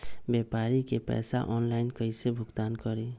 व्यापारी के पैसा ऑनलाइन कईसे भुगतान करी?